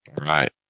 Right